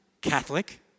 Catholic